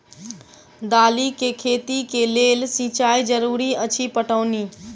दालि केँ खेती केँ लेल सिंचाई जरूरी अछि पटौनी?